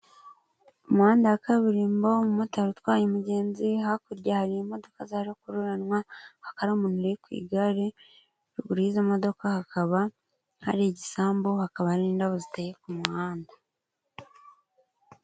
Umuhanda wa kaburimbo, umumotari utwaye imigenzi hakurya harimo imodoka zarukururana, hakaba n'umuntu uri ku igare ruguru y'imodoka hakaba hari igisambu, hakaba hari indabo ziteye ku muhanda.